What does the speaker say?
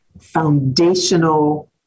foundational